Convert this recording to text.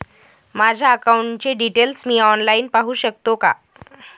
माझ्या अकाउंटचे डिटेल्स मी ऑनलाईन पाहू शकतो का?